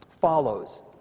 follows